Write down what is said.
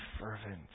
fervent